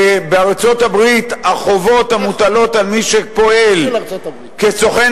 בארצות-הברית החובות המוטלות על מי שפועל כסוכן